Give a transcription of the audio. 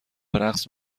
برقص